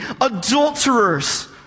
adulterers